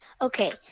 Okay